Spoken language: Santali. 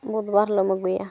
ᱵᱩᱫᱷ ᱵᱟᱨ ᱦᱤᱞᱳᱜ ᱮᱢ ᱟᱹᱜᱩᱭᱟ